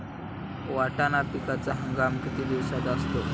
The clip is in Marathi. वाटाणा पिकाचा हंगाम किती दिवसांचा असतो?